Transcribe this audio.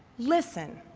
listen.